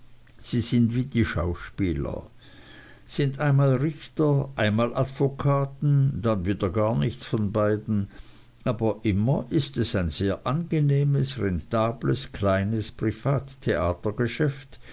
sie sind wie die schauspieler sind einmal richter einmal advokaten dann wieder gar nichts von beiden aber immer ist es ein sehr angenehmes rentables kleines